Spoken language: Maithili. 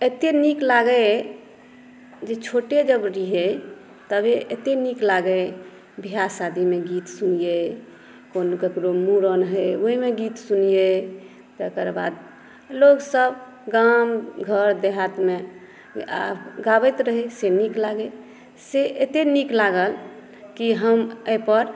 एतेक नीक लागै जे छोटे जब रहियै तबे एतेक नीक लागै विवाह शादीमे गीत सुनियै कोनो केकरो मुरन होइ ओहिमे गीत सुनियै तेकर बाद लोकसभ गाम घर देहातमे आब गाबैत रहै से नीक लागै से एतेक नीक लागल की हम एहिपर